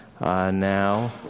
now